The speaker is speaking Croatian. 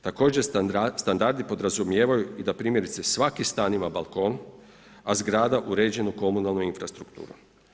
Također standardi podrazumijevaju i da primjerice svaki stan ima balkon a zgrada uređenu komunalnu infrastrukturu.